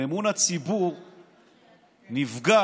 אמון הציבור נפגע